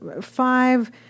five